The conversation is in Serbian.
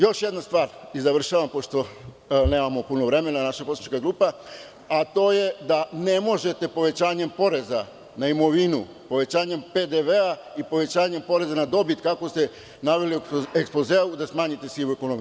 Još jedna stvar i završavam, pošto nema puno vremena naša poslanička grupa, a to je da ne možete povećanjem poreza na imovinu, povećanjem PDV i povećanjem poreza na dobit, kako ste naveli u ekspozeu, da smanjite sivu ekonomiju.